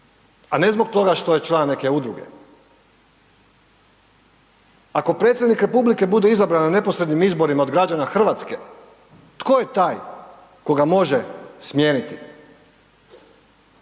a ne zbog toga što je član neke udruge. Ako predsjednik republike bude izabran na neposrednim izborima od građana Hrvatske, tko je taj tko ga može smijeniti?